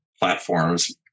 platforms